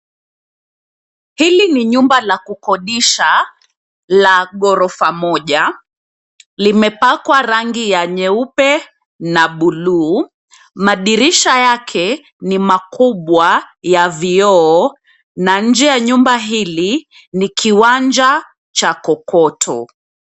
Hili ni nyumba la kukodisha la ghorofa moja. Limepakwa rangi ya nyeupe na buluu. Madirisha yake ni makubwa ya vioo na nje ya nyumba hili ni kiwanja cha kokoto.